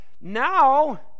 Now